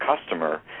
customer